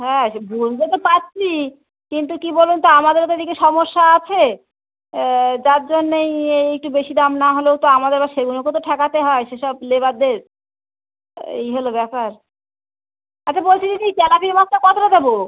হ্যাঁ সে বুঝতে তো পারছি কিন্তু কী বলুন তো আমাদেরও তো এদিকে সমস্যা আছে যার জন্যেই ইয়ে একটু বেশি দাম না হলেও তো আমাদের আবার সেগুলোকে তো ঠেকাতে হয় সেসব লেবারদের এই হলো ব্যাপার আচ্ছা বলছি দিদি তেলাপিয়া মাছটা কতোটা দেবো